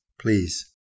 please